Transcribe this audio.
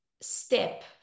step